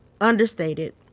understated